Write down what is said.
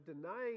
denying